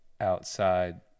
outside